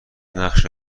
نقشه